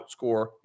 outscore